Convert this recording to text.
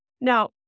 Now